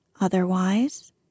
Otherwise